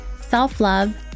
self-love